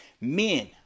Men